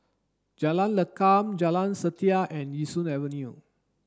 Jalan Lakum Jalan Setia and Yishun Avenue